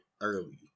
early